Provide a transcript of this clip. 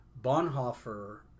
Bonhoeffer